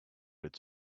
its